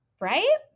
right